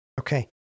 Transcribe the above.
Okay